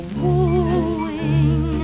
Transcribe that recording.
wooing